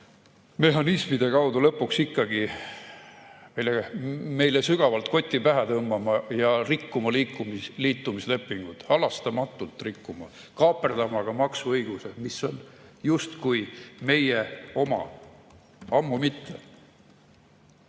mehhanismide kaudu lõpuks ikkagi meile sügavalt koti pähe tõmbama ja rikkuma liitumislepingut. Halastamatult rikkuma, kaaperdama ka maksuõigused, mis on justkui meie omad. Aga ammu mitte!